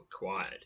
required